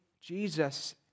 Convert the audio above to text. Jesus